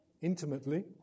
intimately